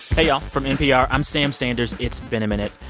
hey, y'all. from npr, i'm sam sanders. it's been a minute.